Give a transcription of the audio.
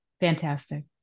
Fantastic